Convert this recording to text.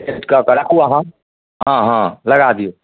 set कऽ कऽ राखू अहाँ हँ हँ लगा दियौ